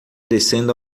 descendo